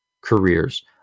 careers